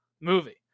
movie